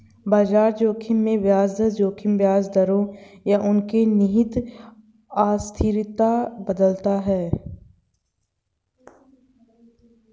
बाजार जोखिम में ब्याज दर जोखिम ब्याज दरों या उनके निहित अस्थिरता बदलता है